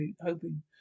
hoping